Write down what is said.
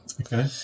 Okay